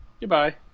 Goodbye